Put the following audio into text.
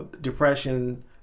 depression